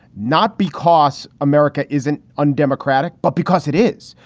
not because america isn't undemocratic, but because it is.